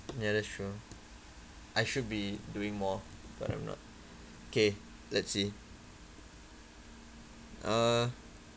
ya that's true I should be doing more but I'm not okay let's see uh